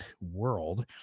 world